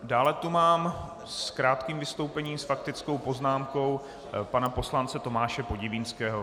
Dále tu mám s krátkým vystoupením s faktickou poznámkou pana poslance Tomáše Podivínského.